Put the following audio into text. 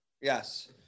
Yes